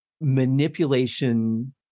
manipulation